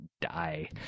die